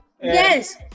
Yes